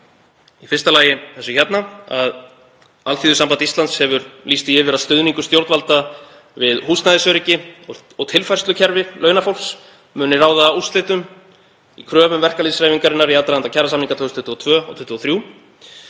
Í fyrsta lagi að Alþýðusamband Íslands hefur lýst því yfir að stuðningur stjórnvalda við húsnæðisöryggi og tilfærslukerfi launafólks muni ráða úrslitum í kröfum verkalýðshreyfingarinnar í aðdraganda kjarasamninga 2022 og 2023.